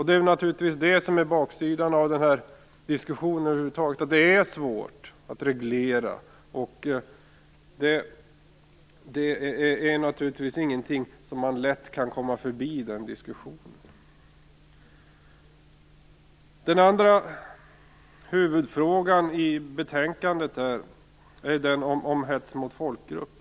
Det är naturligtvis det som är baksidan av denna diskussion över huvud taget: Det är svårt att reglera, och man kan naturligtvis inte komma förbi denna diskussion på ett lätt sätt. Den andra huvudfrågan i betänkandet är den om hets mot folkgrupp.